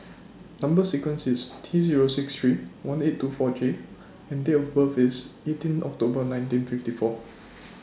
Number sequence IS T Zero six three one eight two four J and Date of birth IS eighteen October nineteen fifty four